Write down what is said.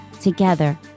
Together